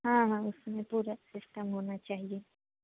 हाँ हाँ उसमें पूरा सिस्टम होना चाहिए